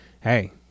hey